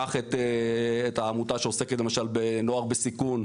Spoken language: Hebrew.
קח את העמותה שעוסקת למשל בנוער בסיכון.